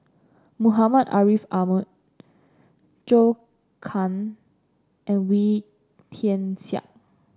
Muhammad Ariff Ahmad Zhou Can and Wee Tian Siak